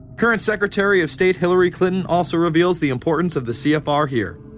current secretary of state hilary clinton. also reveals the importance of the cfr here.